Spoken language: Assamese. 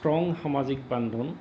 ষ্ট্ৰং সামাজিক বান্ধোন